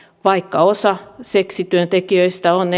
vaikka osalla seksityöntekijöistä on